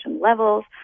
levels